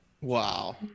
Wow